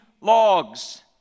logs